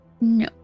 No